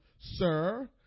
Sir